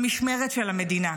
במשמרת של המדינה?